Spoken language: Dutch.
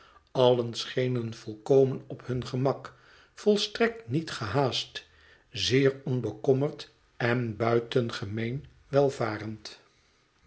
allen schenen volkomen op hun gemak volstrekt niet gehaast zeer onbekommerd en buitengemeen welvarend